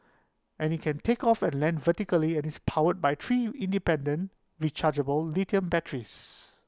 and IT can take off and land vertically and is powered by three independent rechargeable lithium batteries